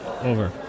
Over